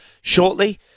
shortly